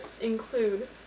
include